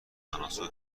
تناسب